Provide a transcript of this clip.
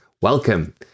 Welcome